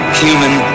human